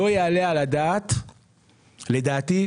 לדעתי,